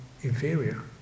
inferior